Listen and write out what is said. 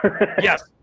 Yes